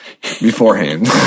beforehand